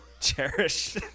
cherish